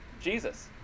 Jesus